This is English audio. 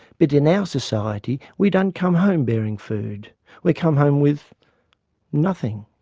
but in our society we don't come home bearing food we come home with nothing.